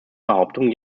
behauptung